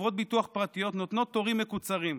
חברות ביטוח פרטיות נותנות תורים מקוצרים,